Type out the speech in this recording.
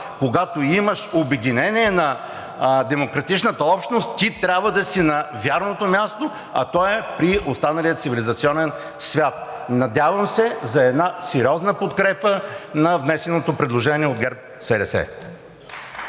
когато имаш обединение на демократичната общност, ти трябва да си на вярното място, а то е при останалия цивилизационен свят. Надявам се за една сериозна подкрепа на внесеното предложение от ГЕРБ-СДС.